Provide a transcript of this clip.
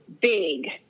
big